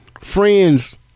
Friends